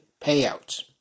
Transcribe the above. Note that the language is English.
payouts